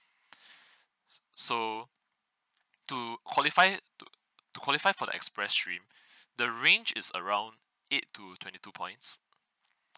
s~ so to qualify to to qualify for the express stream the range is around eight to twenty two points